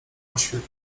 oświet